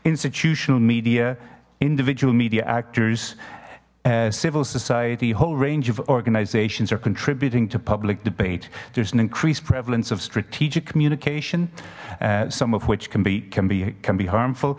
institutional media individual media actors civil society whole range of organizations are contributing to public debate there's an increased prevalence of strategic communication some of which can be can be can be harmful